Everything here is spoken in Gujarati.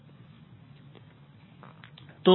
તો અહીં શું લખ્યું છે